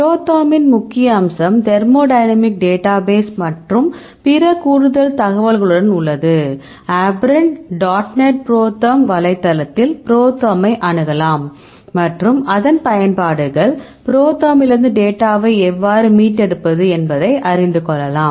புரோதெர்மின் முக்கிய அம்சம் thermodynamic data base மற்றும் பிற கூடுதல் தகவல்களுடனும் உள்ளது அப்ரன் டாட் நெட் ProTherm வலைத்தளத்திள் புரோதெர்மை அணுகலாம் மற்றும் அதன் பயன்பாடுகள் மற்றும் புரோதெர்மிலிருந்து டேட்டாவை எவ்வாறு மீட்டெடுப்பது என்பதை அறிந்து கொள்ளலாம்